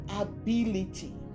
Ability